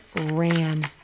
ran